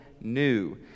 new